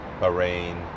Bahrain